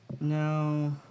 No